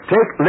Take